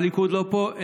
הליכוד לא פה,